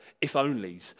if-onlys